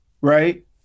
right